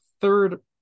third